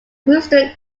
booster